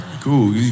Cool